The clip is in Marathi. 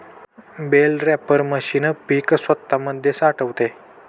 बेल रॅपर मशीन पीक स्वतामध्ये साठवते